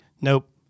nope